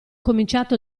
cominciato